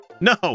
No